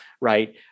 right